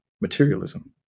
materialism